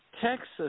Texas